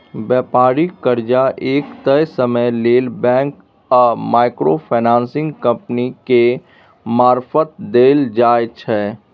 बेपारिक कर्जा एक तय समय लेल बैंक आ माइक्रो फाइनेंसिंग कंपनी केर मारफत देल जाइ छै